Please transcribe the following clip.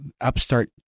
upstart